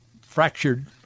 fractured